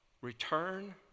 return